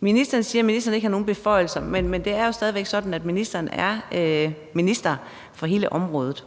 Ministeren siger, at ministeren ikke har nogen beføjelser. Men det er jo stadig væk sådan, at ministeren er minister for hele området.